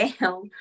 down